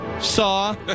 saw